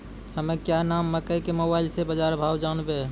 हमें क्या नाम मकई के मोबाइल से बाजार भाव जनवे?